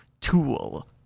tool